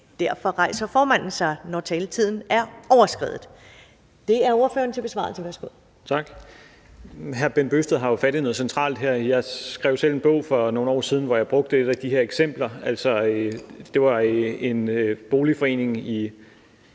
derfor rejser formanden sig, når taletiden er overskredet. Det er ordføreren til besvarelse. Værsgo. Kl. 10:58 Rasmus Stoklund (S): Tak. Hr. Bent Bøgsted har jo fat i noget centralt her. Jeg skrev selv en bog for nogle år siden, hvor jeg brugte et af de her eksempler. Jeg kan ikke